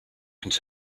could